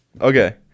Okay